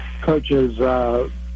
coaches